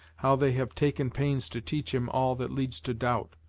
how they have taken pains to teach him all that leads to doubt,